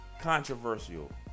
controversial